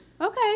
Okay